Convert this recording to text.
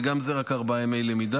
וגם זה רק ארבעה ימי למידה.